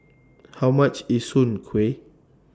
How much IS Soon Kuih